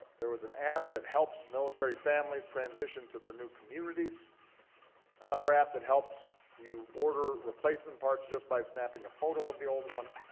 there was an app that helps military families transition to their new communities another app that helps you order replacement parts just by snapping a photo of the old one.